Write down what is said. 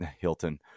Hilton